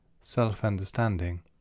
self-understanding